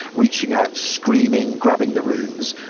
reaching out screaming, grabbing the runes,